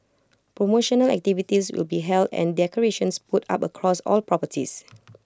promotional activities will be held and decorations put up across all properties